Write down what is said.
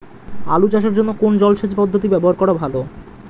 আলু চাষের জন্য কোন জলসেচ পদ্ধতি ব্যবহার করা ভালো?